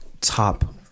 top